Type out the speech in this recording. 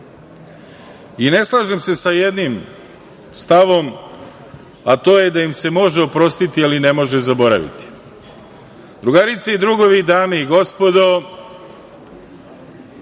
slažem se sa jednim stavom, a to je da im se može oprostiti, ali ne može zaboraviti. Drugarice i drugovi, dame i gospodo,